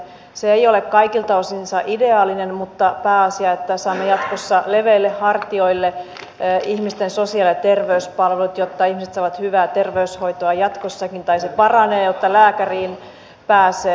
se ei ole kaikilta osinsa ideaalinen mutta pääasia että saamme jatkossa leveille hartioille ihmisten sosiaali ja terveyspalvelut jotta ihmiset saavat hyvää terveyshoitoa jatkossakin tai se paranee jotta lääkäriin pääsee